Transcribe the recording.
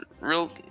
real